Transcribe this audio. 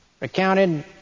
recounted